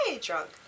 drunk